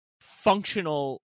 functional